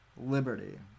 liberty